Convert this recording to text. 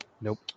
Nope